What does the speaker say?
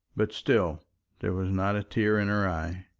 but still there was not a tear in her eye.